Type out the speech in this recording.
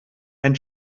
ein